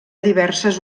diverses